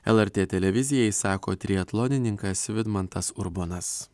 lrt televizijai sako triatlonininkas vidmantas urbonas